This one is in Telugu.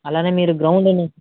అలానే మీరు గ్రౌండ్ని